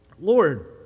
Lord